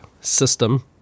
system